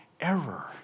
error